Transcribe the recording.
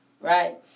right